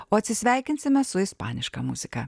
o atsisveikinsime su ispaniška muzika